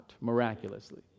miraculously